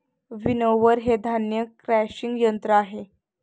winnower हे धान्य crushing यंत्र आहे